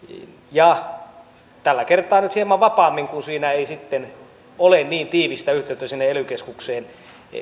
ja tällä kertaa nyt hieman vapaammin kun siinä ei sitten ole niin tiivistä yhteyttä sinne ely keskukseen